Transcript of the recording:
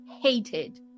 hated